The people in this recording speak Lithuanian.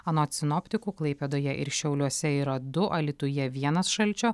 anot sinoptikų klaipėdoje ir šiauliuose yra du alytuje vienas šalčio